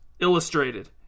illustrated